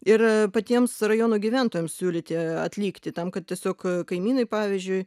ir patiems rajono gyventojams siūlyti atlikti tam kad tiesiog kaimynai pavyzdžiui